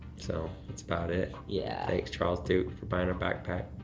so that's about it. yeah. thanks charles duke for buying our backpack.